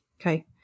okay